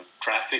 traffic